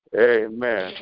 Amen